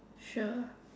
sure